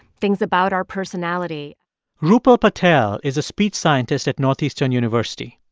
things about our personality rupal patel is a speech scientist at northeastern university.